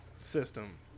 system